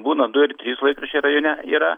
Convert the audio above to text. būna du ir trys laikraščiai rajone yra